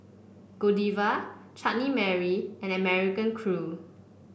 Godiva Chutney Mary and American Crew